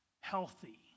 healthy